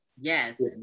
Yes